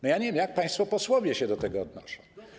Nie wiem, jak państwo posłowie się do tego odnoszą.